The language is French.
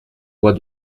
voie